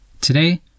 Today